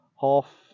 half